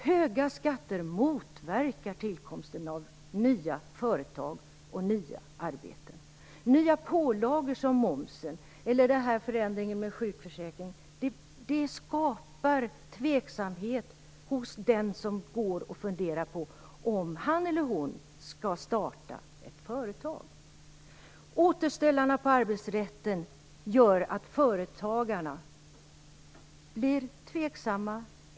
Höga skatter motverkar tillkomsten av nya företag och nya arbeten. Även nya pålagor som förändringen av momsen eller av sjukförsäkringen skapar tveksamhet hos den som går och funderar över om han eller hon skall starta ett företag. Återställarna inom arbetsrätten gör att företagarna blir tveksamma.